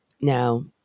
Now